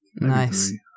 Nice